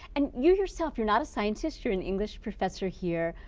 and you yourself, you're not a scientist. you're an english professor here.